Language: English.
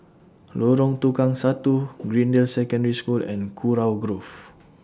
Lorong Tukang Satu Greendale Secondary School and Kurau Grove